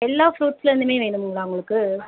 எல்லா ஃப்ரூட்ஸ்லந்துமே வேணும்ங்களா உங்களுக்கு